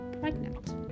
pregnant